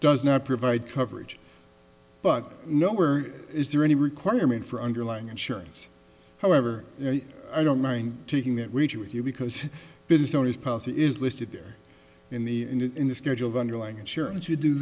does not provide coverage but nowhere is there any requirement for underlying insurance however i don't mind taking that wager with you because business owners policy is listed there in the in the schedule of underlying insurance you do